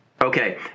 Okay